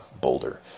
Boulder